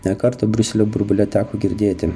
ne kartą briuselio burbule teko girdėti